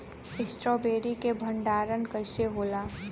Strawberry के भंडारन कइसे होला?